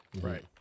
Right